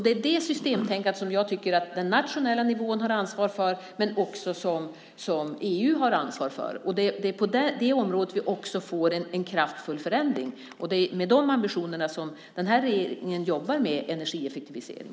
Det är det systemtänkandet som jag tycker att den nationella nivån har ansvar för men som också EU har ansvar för. Det är på det området vi också får en kraftfull förändring. Det är med de ambitionerna som den här regeringen jobbar med energieffektivisering.